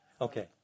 Okay